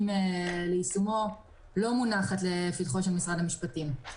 ליישומו לא מונחת לפתחו של משרד המשפטים,